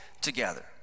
together